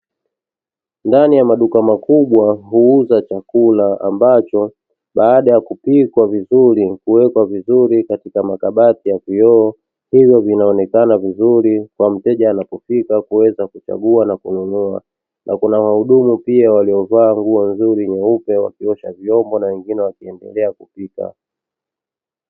Ndani ya maduka makubwa, huuza chakula ambacho baada ya kupikwa vizuri huwekwa vizuri katika makabati ya vioo hivyo vinaonekana vizuri na mteja anapopita kuweza kuchagua na kununua, na kuna wahudumu pia walio vafaa nguo nzuri nyeupe wakiosha viombo na wengine wakiendelea kupika.